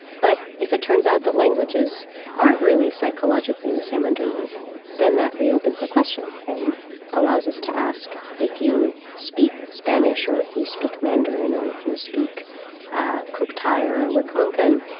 but if it turns out that languages aren't really psychologically the same underneath then that reopens the question and allows us to ask if you speak spanish or if you speak mandarin or if you speak ah kuuk thaayorre or wik-mungkan,